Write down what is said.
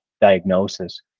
diagnosis